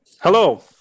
Hello